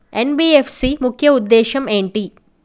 NBFC ముఖ్య ఉద్దేశం ఏంటి?